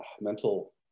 mental